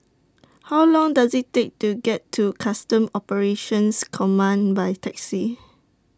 How Long Does IT Take to get to Customs Operations Command By Taxi